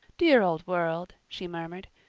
dear old world, she murmured,